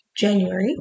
January